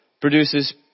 produces